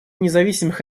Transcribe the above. независимых